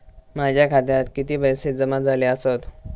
माझ्या खात्यात किती पैसे जमा झाले आसत?